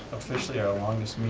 officially, our longest